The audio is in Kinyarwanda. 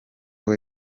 kwa